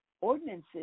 ordinances